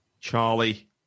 Charlie